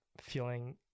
feeling